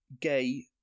gay